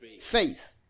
faith